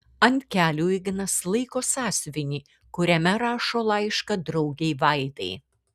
ant kelių ignas laiko sąsiuvinį kuriame rašo laišką draugei vaidai